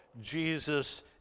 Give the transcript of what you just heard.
Jesus